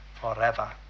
forever